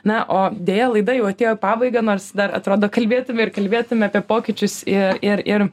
na o deja laida jau atėjo į pabaigą nors dar atrodo kalbėtume ir kalbėtume apie pokyčius ir ir ir